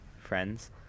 friends